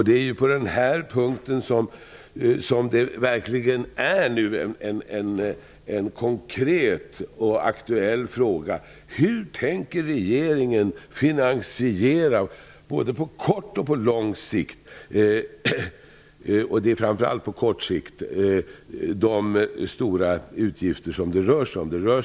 Det är på den här punkten som det verkligen finns en konkret och aktuell fråga. Hur tänker regeringen finansiera detta på kort och på lång sikt? Det är framför allt på kort sikt som det rör sig om stora utgifter.